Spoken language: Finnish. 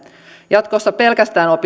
jatkossa pelkästään